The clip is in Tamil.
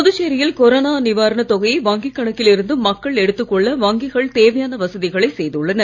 புதுச்சேரியில் கொரோனா நிவாரணத் தொகையை வங்கிக் கணக்கில் இருந்து மக்கள் எடுத்துக் கொள்ள வங்கிகள் தேவையான வசதிகளை செய்துள்ளன